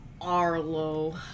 Arlo